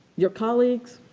your colleagues,